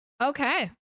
Okay